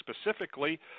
specifically